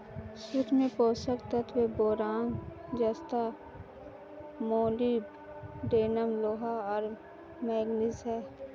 सूक्ष्म पोषक तत्व बोरान जस्ता मोलिब्डेनम लोहा और मैंगनीज हैं